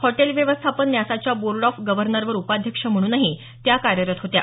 hotel व्यवस्थापन न्यासाच्या board of गर्व्हनरवर उपाध्यक्ष म्हणूनही त्या कार्यरत होत्या